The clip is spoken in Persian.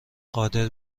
قادر